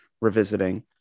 revisiting